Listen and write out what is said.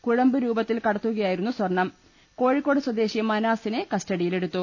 കുഴമ്പ് രൂപത്തിൽ കടത്തുകയായിരുന്നു സ്വർണം കോഴിക്കോട് സ്വദേശി മന്റ്യസിനെ കസ്റ്റഡിയിലെടുത്തു